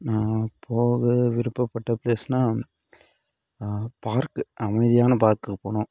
நான் போக விருப்பப்பட்ட பிளேஸ்னா பார்க்கு அமைதியான பார்க்குக்கு போகணும்